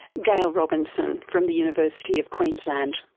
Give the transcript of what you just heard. gail robinson from the university of queensland.